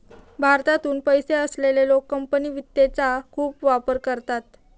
भारतातून पैसे असलेले लोक कंपनी वित्तचा खूप वापर करतात